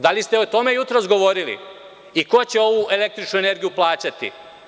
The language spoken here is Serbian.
Da li ste o tome jutros govorili i ko će ovu električnu energiju plaćati?